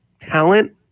talent